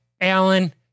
Alan